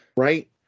Right